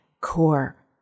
core